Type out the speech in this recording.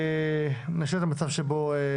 אנחנו נשאיר את זה במצב שפה.